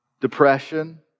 depression